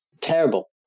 terrible